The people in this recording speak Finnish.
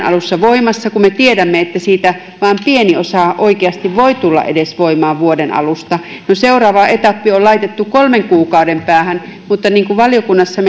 alussa voimassa kun me tiedämme että siitä vain pieni osa oikeasti voi edes tulla voimaan vuoden alusta no seuraava etappi on laitettu kolmen kuukauden päähän mutta niin kuin valiokunnassa